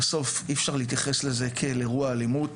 בסוף אי אפשר להתייחס אל זה כאל אירוע אלימות